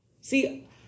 See